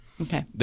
Okay